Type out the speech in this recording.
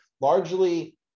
largely